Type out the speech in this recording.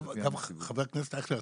חבר הכנסת אייכלר,